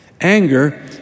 Anger